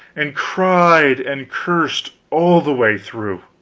and cried and cursed all the way through.